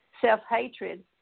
self-hatred